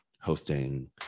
hosting